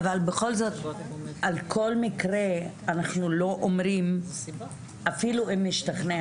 אבל בכל זאת על כל מקרה אנחנו לא אומרים אפילו אם השתכנע,